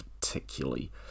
particularly